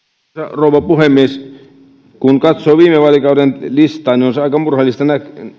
rouva puhemies kun katsoo viime vaalikauden listaa niin on se aika murheellista